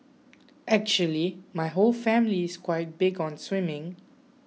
actually my whole family is quite big on swimming